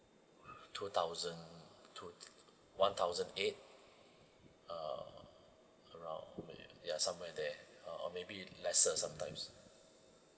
two thousand two one thousand eight uh around ya somewhere there uh maybe lesser sometimes